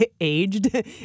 aged